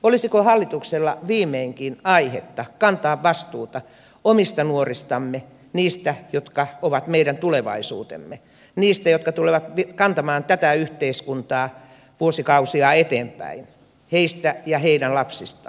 olisiko hallituksella viimeinkin aihetta kantaa vastuuta omista nuoristamme niistä jotka ovat meidän tulevaisuutemme niistä jotka tulevat kantamaan tätä yhteiskuntaa vuosikausia eteenpäin heistä ja heidän lapsistaan